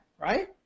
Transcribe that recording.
right